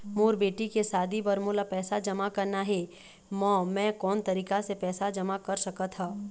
मोर बेटी के शादी बर मोला पैसा जमा करना हे, म मैं कोन तरीका से पैसा जमा कर सकत ह?